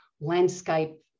landscape